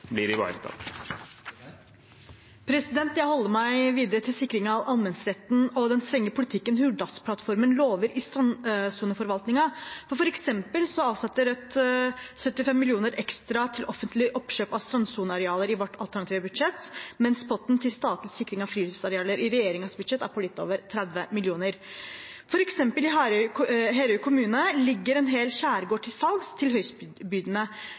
videre til sikring av allemannsretten og den strenge politikken Hurdalsplattformen lover i strandsoneforvaltningen. For eksempel avsatte Rødt 75 mill. kr ekstra til offentlig oppkjøp av strandsonearealer i vårt alternative budsjett, mens potten til statlig sikring av friluftsarealer i regjeringens budsjett er på litt over 30 mill. kr. For eksempel i Herøy kommune ligger en hel skjærgård til salgs til høystbydende.